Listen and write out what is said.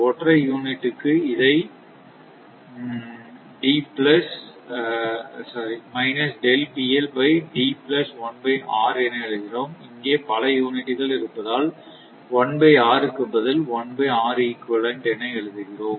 ஒற்றை யூனிட்டுக்கு இதை என எழுதினோம் இங்கே பல யூனிட்டுகள் இருப்பதால் 1R க்கு பதில் என எழுதுகிறோம்